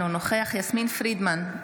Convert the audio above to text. אינו נוכח יסמין פרידמן,